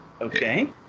Okay